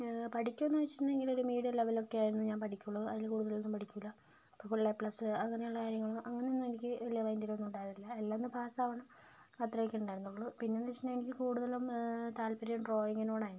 പഠിക്കുവോ എന്ന് ചോദിച്ചിട്ടുണ്ടെങ്കിൽ ഒരു മീഡിയം ലെവലില് ഒക്കെയായിരുന്നു ഞാൻ പഠിക്കുകയുള്ളു അതിൽ കൂടുതൽ ഒന്നും പഠിക്കുകയില്ല ഇപ്പോൾ ഫുൾ എ പ്ലസ് അങ്ങനെയുള്ള കാര്യങ്ങൾ അങ്ങനെ ഒന്നും എനിക്ക് വലിയ മൈൻ്റിൽ ഒന്നും ഉണ്ടായിരുന്നില്ല എല്ലാം അങ്ങ് പാസ്സാവണം അത്രയൊക്കെ ഉണ്ടായിരുന്നുള്ളൂ പിന്നെ വെച്ചിട്ടുണ്ടെങ്കിൽ കൂടുതലും താല്പര്യം ഡ്രോയിങ്ങിനോടായിരുന്നു